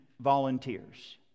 volunteers